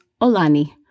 Olani